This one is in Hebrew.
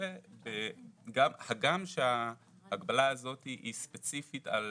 הגם שההגבלה הזאת היא ספציפית על